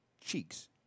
Cheeks